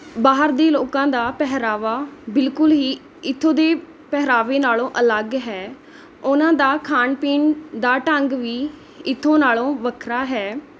ਬਾਹਰ ਦੇ ਲੋਕਾਂ ਦਾ ਪਹਿਰਾਵਾ ਬਿਲਕੁਲ ਹੀ ਇੱਥੋਂ ਦੇ ਪਹਿਰਾਵੇ ਨਾਲੋਂ ਅਲੱਗ ਹੈ ਉਹਨਾਂ ਦਾ ਖਾਣ ਪੀਣ ਦਾ ਢੰਗ ਵੀ ਇੱਥੋਂ ਨਾਲੋਂ ਵੱਖਰਾ ਹੈ